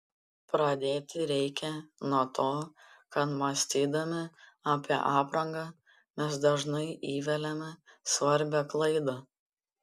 pradėti reikia nuo to kad mąstydami apie aprangą mes dažnai įveliame svarbią klaidą